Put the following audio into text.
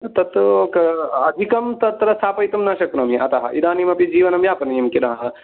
तत्तु अधिकं तत्र स्थापयितुं न शक्नोमि अतः इदानीमपि जीवनं यापनीयं खिल